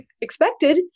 expected